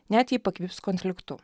net jei pakvips konfliktu